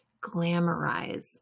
glamorize